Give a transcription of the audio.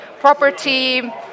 property